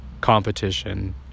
competition